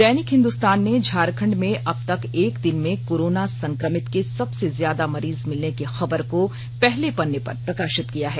दैनिक हिंदुस्तान ने झारखंड में अब तक एक दिन में कोरोना संक्रमित के सबसे ज्यादा मरीज मिलने की खबर को पहले पन्ने पर प्रकाशित किया है